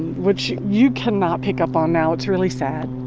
which you cannot pick up on now, it's really sad,